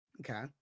Okay